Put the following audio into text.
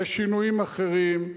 ושינויים אחרים,